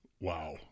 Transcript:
Wow